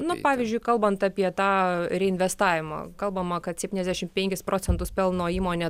nu pavyzdžiui kalbant apie tą reinvestavimo kalbama kad septyniasdešimt penkis procentus pelno įmonė